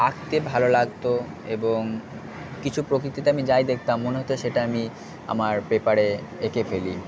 আঁকতে ভালো লাগতো এবং কিছু প্রকৃতিতে আমি যাই দেখতাম মনে হতো সেটা আমি আমার পেপারে এঁকে ফেলি